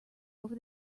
over